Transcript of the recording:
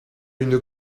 une